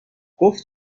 گفت